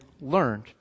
learned